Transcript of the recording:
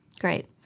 Great